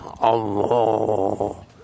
Allah